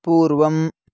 पूर्वम्